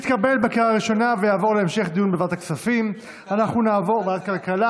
התשפ"ב 2022, לוועדה שתקבע ועדת הכנסת